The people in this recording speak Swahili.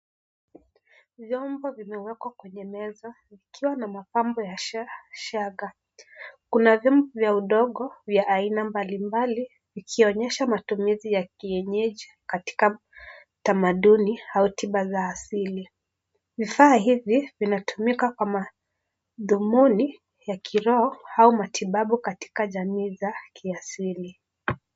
Vyombo vimewekwa kwenye meza vikiwa na mapambo ya sha shaga, kuna vyombo vya udogo vya aina mbalimbali vikionyesha matumizi ya kienyeji katika utamaduni au tiba za asili, vifaa hivi vinatumika kwa mathumuni ya kiroho au matibabu katika jamii za kiasili.